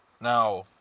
Now